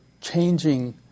changing